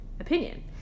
opinion